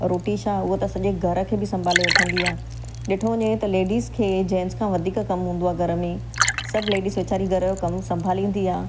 रोटी छा उहा त सॼे घर खे बि संभाले वठंदी आहे ॾिठो वञे त लेडीस खे जेंट्स खां वधीक कमु हूंदो आहे घर में सभु लेडीस वेचारी घर जो कमु संभालींदी आहे